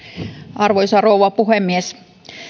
arvoisa rouva puhemies